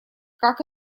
как